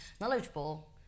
knowledgeable